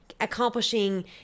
accomplishing